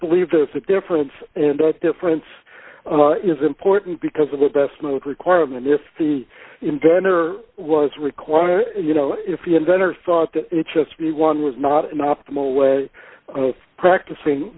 believe there's a difference and the difference is important because of the best move requirement if the inventor was required you know if you inventor thought that it's just the one was not an optimal way of practicing